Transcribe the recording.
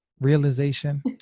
realization